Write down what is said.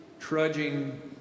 trudging